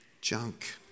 junk